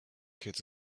kids